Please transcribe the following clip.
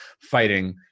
fighting